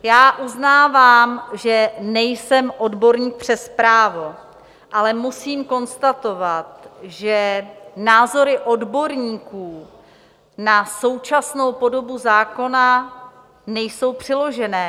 Já uznávám, že nejsem odborník přes právo, ale musím konstatovat, že názory odborníků na současnou podobu zákona nejsou přiložené.